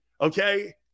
Okay